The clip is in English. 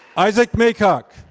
isac maycock.